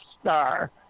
star